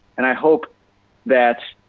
and i hope that,